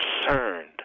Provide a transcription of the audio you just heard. concerned